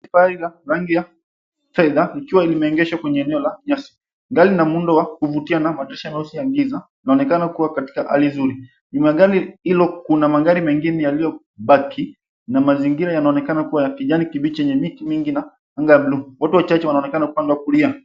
Gari aina ya trela ikiwa imeegeshwa kwenye eneo la nyasi. Gari ina muundo wa kuvutia kuonyesha wosia wa giza inaonekana kuwa katika hali nzuri. Nyuma ya gari Kuna magari mengine yaliyobaki na mazingira yanaonekana kuwa ya kijani kibichi yenye miti mingi na anga ya buluu. Watu wachache wanaonekana upande wa kulia.